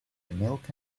milk